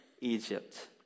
Egypt